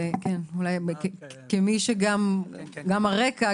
אולי גם בגלל הרקע,